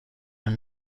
nel